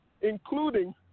including